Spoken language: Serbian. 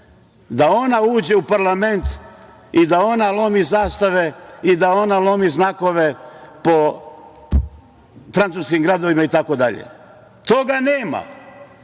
da ona uđe u parlament i da ona lomi zastave i da ona lomi znakove po francuskim gradovima itd? Toga nema